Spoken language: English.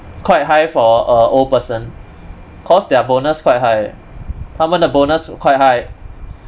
quite high for a old person cause their bonus quite high 他们的 bonus quite high